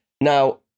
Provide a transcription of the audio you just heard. Now